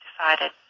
decided